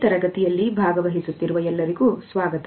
ಈ ತರಗತಿಯಲ್ಲಿ ಭಾಗವಹಿಸುತ್ತಿರುವ ಎಲ್ಲರಿಗೂ ಸ್ವಾಗತ